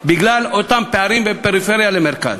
בגלל אותם פערים בין הפריפריה למרכז.